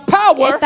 power